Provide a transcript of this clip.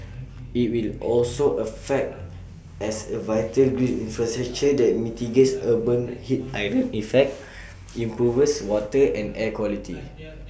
IT will also act as A vital green infrastructure that mitigates urban heat island effect improves water and air quality